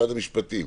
משרד המשפטים,